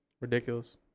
Ridiculous